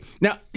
Now